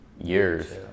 years